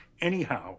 anyhow